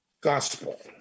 gospel